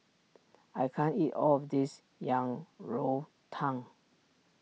I can't eat all of this Yang Rou Tang